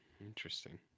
Interesting